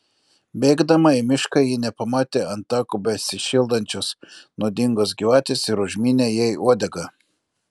bėgdama į mišką ji nepamatė ant tako besišildančios nuodingos gyvatės ir užmynė jai uodegą